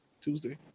Tuesday